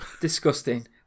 Disgusting